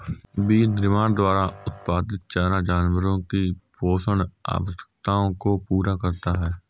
विनिर्माण द्वारा उत्पादित चारा जानवरों की पोषण आवश्यकताओं को पूरा करता है